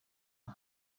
uko